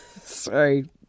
Sorry